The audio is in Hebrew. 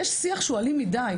יש שיח שהוא אלים מידי,